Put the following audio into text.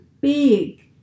big